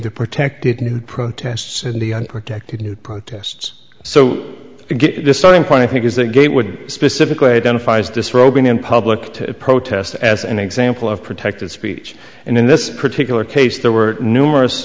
the protected new protests in the unprotected new protests so the starting point i think is that gatewood specifically identifies disrobing in public to protest as an example of protected speech and in this particular case there were numerous